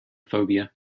phobia